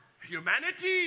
humanity